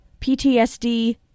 PTSD